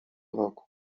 roku